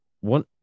one